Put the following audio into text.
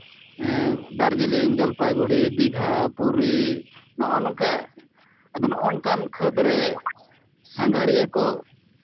ᱮᱜ ᱫᱟᱨᱡᱤᱞᱤᱝ ᱡᱚᱞᱯᱟᱭᱜᱩᱲᱤ ᱫᱤᱜᱷᱟ ᱯᱩᱨᱤ ᱱᱚᱜᱼ ᱱᱚᱝᱠᱟ ᱟᱫᱚ ᱱᱚᱜᱼᱚ ᱱᱚᱝᱠᱟᱱ ᱠᱷᱟᱹᱫᱽ ᱨᱮ ᱥᱟᱸᱜᱷᱟᱨᱤᱭᱟᱹ ᱠᱚ